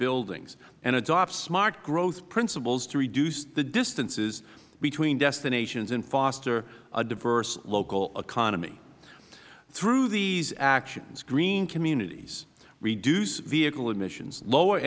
buildings and adopt smart growth principles to reduce the distances between destinations and foster a diverse local economy through these actions green communities reduce vehicle emissions lower